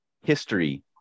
history